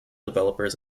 developers